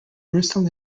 bristol